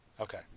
Okay